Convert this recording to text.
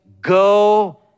go